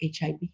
HIV